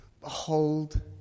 behold